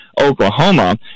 oklahoma